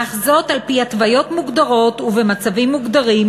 אך זאת על-פי התוויות מוגדרות ובמצבים מוגדרים